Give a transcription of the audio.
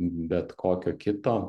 bet kokio kito